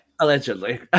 Allegedly